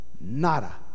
nada